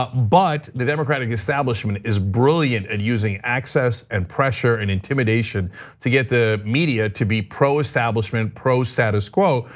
but but the democratic establishment is brilliant and using access and pressure and intimidation to get the media to be pro establishment, pro status quo.